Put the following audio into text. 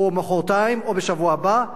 או מחרתיים, או בשבוע הבא.